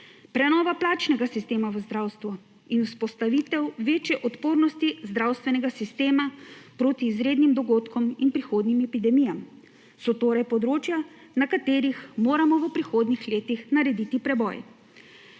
prenova plačnega sistema v zdravstvu in vzpostavitev večje odpornosti zdravstvenega sistema proti izrednim dogodkom in prihodnjim epidemijam so torej področja, na katerih moramo v prihodnjih letih narediti preboj.